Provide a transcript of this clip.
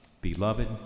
Beloved